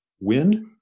wind